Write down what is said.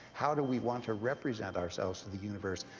how do we want to represent ourselves to the universe,